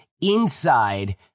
inside